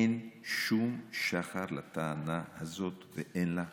אין שום שחר לטענה הזאת ואין לה בסיס,